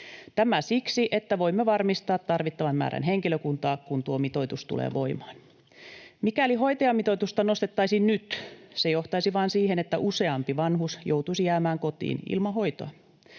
Tämä siksi, että voimme varmistaa tarvittavan määrän henkilökuntaa, kun tuo mitoitus tulee voimaan. Mikäli hoitajamitoitusta nostettaisiin nyt, se johtaisi vaan siihen, että useampi vanhus joutuisi jäämään kotiin ilman hoitoa.